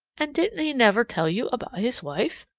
and didn't he never tell you about his wife?